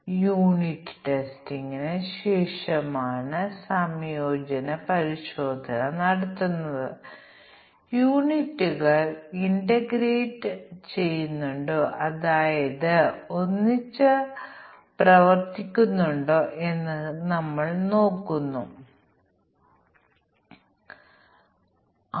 അതിനാൽ 10 12 അല്ലെങ്കിൽ 20 ടെസ്റ്റ് കേസുകൾ ഉപയോഗിച്ച് ഫലപ്രദമായ പരിശോധന നടത്താൻ ഞങ്ങൾക്ക് എങ്ങനെ ടെസ്റ്റ് കേസുകളുടെ എണ്ണം കുറയ്ക്കാം എന്നിട്ടും നമുക്ക് വീണ്ടെടുക്കാൻ കഴിയും ദശലക്ഷക്കണക്കിന് ടെസ്റ്റ് കേസുകൾ പോലെ ഏതാണ്ട് ബഗുകൾ കണ്ടെത്താൻ കഴിയും